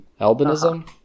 Albinism